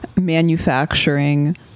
manufacturing